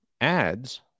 ads